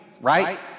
Right